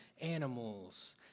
animals